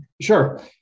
Sure